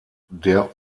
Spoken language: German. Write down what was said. der